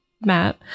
Matt